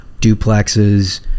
duplexes